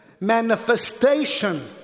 manifestation